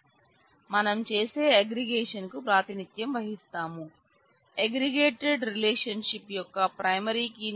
అందువల్ల మనం చేసే అగ్రిగేషన్ కు ప్రాతినిధ్యం వహిస్తాం అగ్రిగేటెడ్ రిలేషన్ షిప్